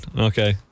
okay